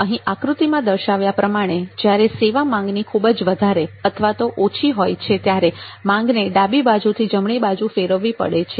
અહીં આકૃતિમાં દર્શાવ્યા પ્રમાણે જ્યારે સેવાની માંગ ખૂબ જ વધારે અથવા ઓછી હોય છે ત્યારે માંગને ડાબી બાજુ થી જમણી બાજુ ફેરવવી પડે છે